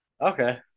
Okay